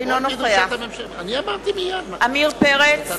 אינו נוכח עמיר פרץ,